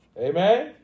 Amen